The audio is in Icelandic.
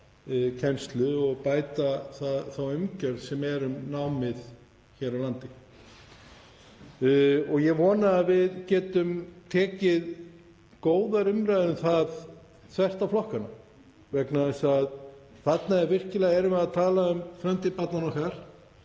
kennslu og bæta þá umgjörð sem er um námið hér á landi. Ég vona að við getum tekið góðar umræður um það þvert á flokka vegna þess að þarna erum við virkilega að tala um framtíð barnanna okkar